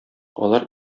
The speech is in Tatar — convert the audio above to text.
алар